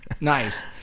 nice